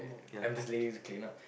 I'm just lazy to clean up